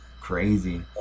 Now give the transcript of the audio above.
crazy